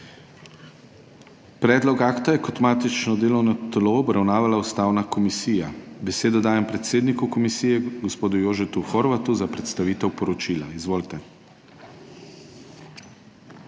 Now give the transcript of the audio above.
Predlog akta je kot matično delovno telo obravnavala Ustavna komisija. Besedo dajem predsedniku komisije, gospodu Jožetu Horvatu, za predstavitev poročila. Izvolite.